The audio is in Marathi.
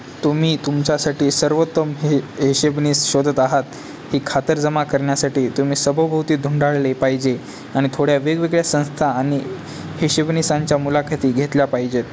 तुम्ही तुमच्यासाठी सर्वोत्तम हे हिशेबनीस शोधत आहात ही खातरजमा करण्यासाठी तुम्ही सभोवती धुंडाळले पाहिजे आणि थोड्या वेगवेगळ्या संस्था आणि हिशोबनीसांच्या मुलाखती घेतल्या पाहिजेत